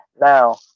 Now